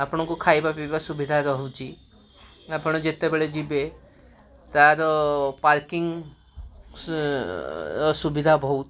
ଆପଣଙ୍କୁ ଖାଇବା ପିଇବା ସୁବିଧା ରହୁଛି ଆପଣ ଯେତେବେଳେ ଯିବେ ତାର ପାର୍କିଙ୍ଗ୍ ସୁବିଧା ବହୁତ